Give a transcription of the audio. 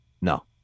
no